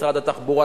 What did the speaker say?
משרד התחבורה,